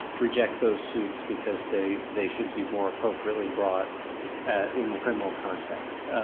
reject those suits because they they should be more appropriately brought in the criminal context.